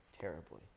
terribly